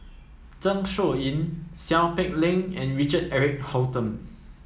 Zeng Shouyin Seow Peck Leng and Richard Eric Holttum